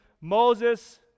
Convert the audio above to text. Moses